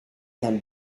can